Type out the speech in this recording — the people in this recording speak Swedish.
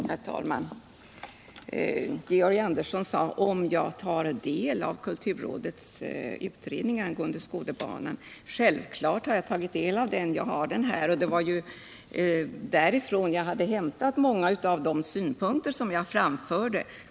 Herr talman! Georg Andersson ifrågasatte om jag tagit del av kulturrådets utredning angående Skådebanan. Självfallet har jag gjort det. Jag har betänkandet här i min hand, och det var från det som jag hade hämtat många av de synpunkter som jag framförde.